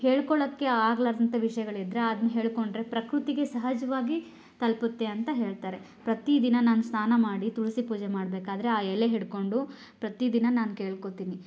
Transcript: ಹೇಳ್ಕೊಳ್ಳೋಕೆ ಆಗಲಾರ್ದಂತ ವಿಷಯಗಳಿದ್ರೆ ಅದನ್ನ ಹೇಳಿಕೊಂಡ್ರೆ ಪ್ರಕೃತಿಗೆ ಸಹಜವಾಗಿ ತಲುಪತ್ತೆ ಅಂತ ಹೇಳ್ತಾರೆ ಪ್ರತಿ ದಿನ ನಾನು ಸ್ನಾನ ಮಾಡಿ ತುಳಸಿ ಪೂಜೆ ಮಾಡಬೇಕಾದ್ರೆ ಆ ಎಲೆ ಹಿಡ್ಕೊಂಡು ಪ್ರತಿ ದಿನ ನಾನು ಕೇಳ್ಕೊಳ್ತೀನಿ